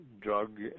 drug